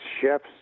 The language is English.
chefs